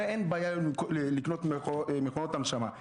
הרי אין בעיה לקנות מכונות הנשמה,